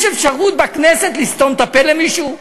יש אפשרות בכנסת לסתום את הפה למישהו?